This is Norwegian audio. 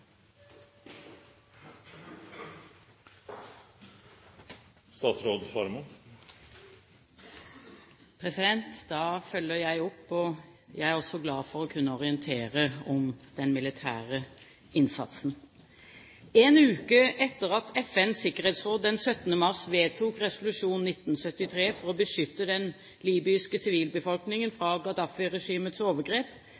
også glad for å kunne orientere om den militære innsatsen. En uke etter at FNs sikkerhetsråd den 17. mars vedtok resolusjon 1973 for å beskytte den libyske sivilbefolkningen